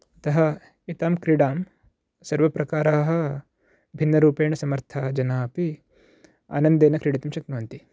अतः एतां क्रीडां सर्वप्रकाराः भिन्नरूपेणसमर्थाः जनाः अपि आनन्देन क्रीडितुं शक्नुवन्ति